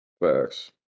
Facts